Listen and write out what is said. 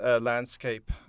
landscape